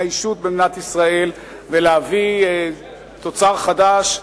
האישות במדינת ישראל ולהביא תוצר חדש,